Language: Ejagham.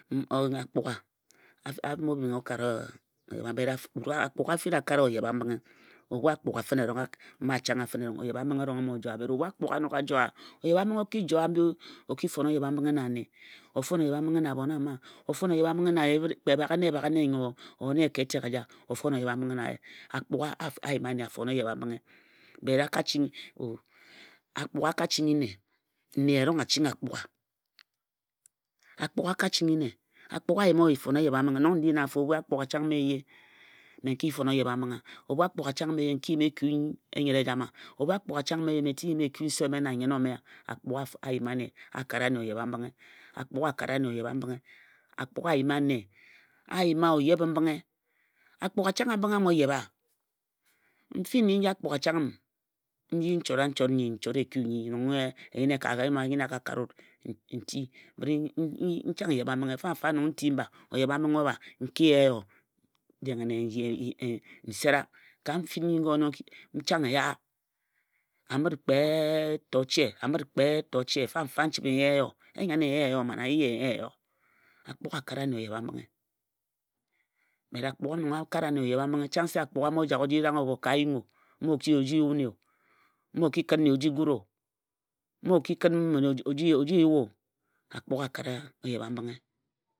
akpugha abho kare wa oyebha-mbinghe bot akpugha a yi o kare wa oyebha-mbinghe. ebhun o re joe wa oyebha-mbinghe o bho joe wa bot ebhu akpugha n nok a joe wa o ki fon oyebha-mbinghe na ane. o fon oyebha-mbinghe na abhon ama. o fon oyebha-mbinghe na abhon ama. o fon oyebha-mbinghe na kpe baghe-nne baghe-nne. o yen nne ka etek eja o fon yebha-mbinghe na ye. akpugha a ka chingi nne. akpugha a yima wa o fon o yebha-mbinghe. ebhu akpugha chang m eye mme n ki fon oyrbha-mbinghe a?. ebhu akpugha chang m eye n ki yim eku enyere e jama a?ebhu akpugha chang m eye mme tik n yim eku nnyen ome na nse ome a?akpugha a ka nne oyebha-mbinghe. akpugha a yima o yebhe mbinghe. akpugha chang wa mbinghe a bho yebhe wa. mfin nnyi nji akpugha chang əm nji n chora n chot nnyi n chot eku nnyi nong e nyəne e ka fon nti mba oyebha o bha. n ki yay eyo deghere n sera. ka mfin nyi nyo chang n yaa amət kpet ta oche. mfa-mfa n chibhe n yaa eyo. eyane n yae eyo. eye n yae eyo. akpugha a kara nne o yebha-mbinghe. bot akpugha nong a kara nne oyebha-mbinghe chang se mma o jak o ji rang obho ka a yung-o mma o ki ji oji yue nne-o. mma o ki kən nne o ji gue-o